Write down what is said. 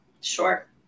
Sure